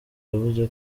yavuze